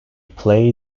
play